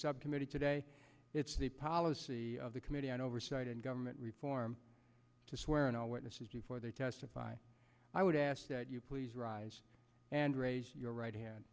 subcommittee today it's the policy of the committee on oversight and government reform to swear in all witnesses before they testify i would ask that you please rise and raise your right hand